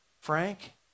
Frank